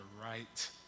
right